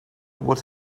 what